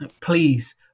Please